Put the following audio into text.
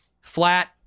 Flat